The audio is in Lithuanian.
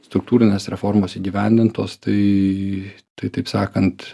struktūrinės reformos įgyvendintos tai tai taip sakant